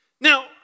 Now